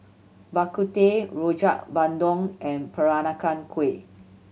Bak Kut Teh Rojak Bandung and Peranakan Kueh